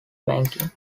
banking